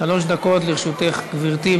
שלוש דקות לרשותך, גברתי.